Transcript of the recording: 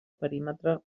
perímetre